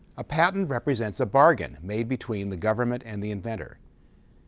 a patent represents a bargain made between the government and the inventor.